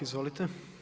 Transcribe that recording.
Izvolite.